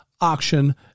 auction